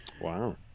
Wow